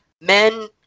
Men